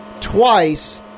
twice